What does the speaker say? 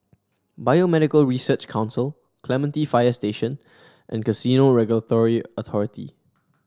Biomedical Research Council Clementi Fire Station and Casino Regulatory Authority